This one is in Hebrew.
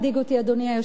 אדוני היושב-ראש,